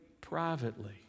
privately